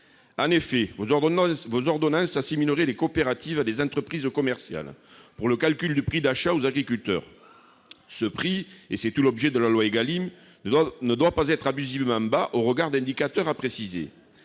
En effet, vos ordonnances assimileraient les coopératives à des entreprises commerciales pour le calcul du prix d'achat aux agriculteurs. Ce prix- c'est tout l'objet de la loi Égalim -ne doit pas être abusivement bas au regard d'indicateurs à préciser.